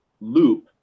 loop